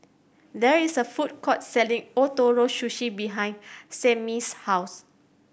there is a food court selling Ootoro Sushi behind Samie's house